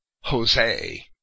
Jose